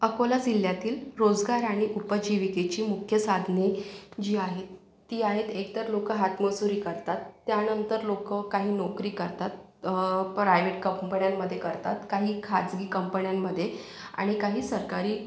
अकोला जिल्ह्यातील रोजगार आणि उपजीविकेची मुख्य साधने जी आहे ती आहेत एक तर लोकं हातमजुरी करतात त्यानंतर लोकं काही नोकरी करतात प्रायवेट कंपण्यांमध्ये करतात काही खाजगी कंपण्यांमध्ये आणि काही सरकारी